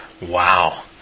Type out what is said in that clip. Wow